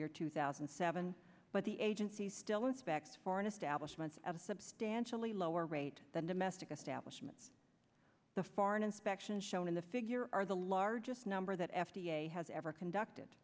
year two thousand and seven but the agency still inspect for an establishment of substantially lower rate than domestic establishments the foreign inspection shown in the figure are the largest number that f d a has ever conducted